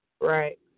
Right